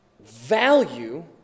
value